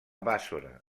bàssora